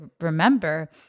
remember